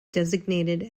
designated